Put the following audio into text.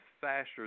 faster